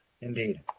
Indeed